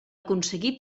aconseguí